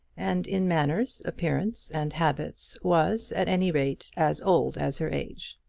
and in manners, appearance, and habits was, at any rate, as old as her age.